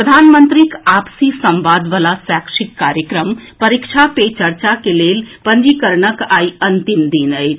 प्रधानमंत्रीक आपसी संवादबला शैक्षिक कार्यक्रम परीक्षा पे चर्चा के लेल पंजीकरणक आई अंतिम दिन अछि